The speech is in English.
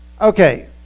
Okay